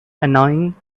annoying